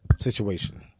Situation